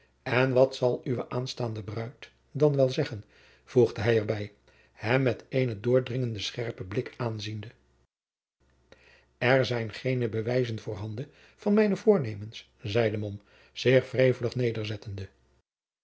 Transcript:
en wat zal uwe aanstaande bruid dan wel zeggen voegde hij er bij hem met eenen doordringenden scherpen blik aanziende er zijn geene bewijzen voorhanden van mijne voornemens zeide mom zich wrevelig nederzettende